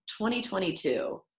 2022